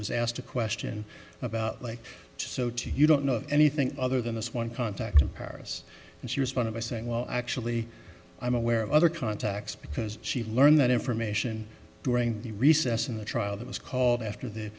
was asked a question about like so to you don't know anything other than this one contact in paris and she responded by saying well actually i'm aware of other contacts because she learned that information during the recess in the trial that was called after th